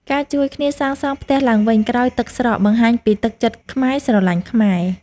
ការជួយគ្នាសាងសង់ផ្ទះឡើងវិញក្រោយទឹកស្រកបង្ហាញពីទឹកចិត្តខ្មែរស្រឡាញ់ខ្មែរ។